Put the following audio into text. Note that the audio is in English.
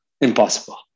Impossible